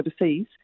overseas